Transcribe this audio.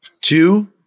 Two